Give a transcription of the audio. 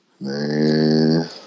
man